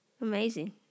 amazing